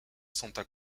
santa